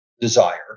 desire